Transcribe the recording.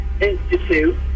institute